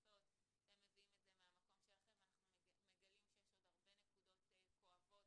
אתם מביאים את זה מהמקום שלכם ואנחנו מגלים שיש עוד הרבה נקודות כואבות